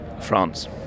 France